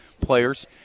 players